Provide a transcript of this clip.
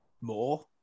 more